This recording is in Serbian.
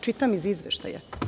Čitam iz Izveštaja.